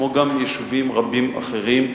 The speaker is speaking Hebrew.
כמו גם יישובים רבים אחרים.